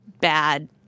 bad